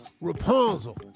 Rapunzel